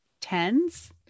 tens